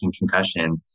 concussion